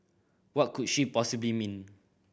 what could she possibly mean